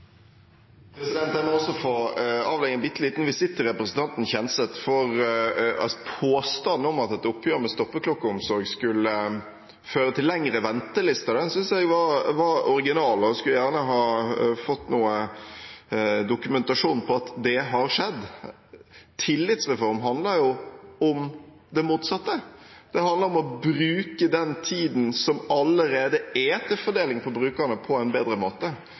Jeg må også få avlegge en bitte liten visitt til representanten Kjenseth for påstanden om at et oppgjør med stoppeklokkeomsorgen skulle føre til lengre ventelister. Den syntes jeg var original, og jeg skulle gjerne fått noe dokumentasjon på at det har skjedd. Tillitsreform handler om det motsatte. Det handler om å bruke den tiden som allerede er til fordeling på brukerne, på en bedre måte.